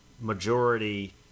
majority